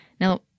Now